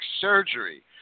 surgery